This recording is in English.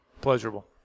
pleasurable